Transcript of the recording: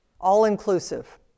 All-inclusive